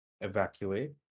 evacuate